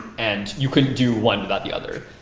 and you couldn't do one without the other.